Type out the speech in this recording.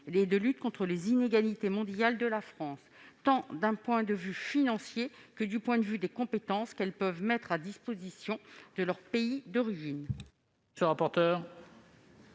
et de lutte contre les inégalités mondiales de la France, du point de vue tant financier que des compétences qu'elles peuvent mettre à disposition de leur pays d'origine.